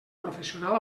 professional